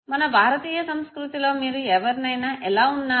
మన భారతీయ సంస్కృతిలో మీరు ఎవరినైనా ఎలా ఉన్నారు